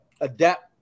adapt